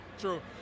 True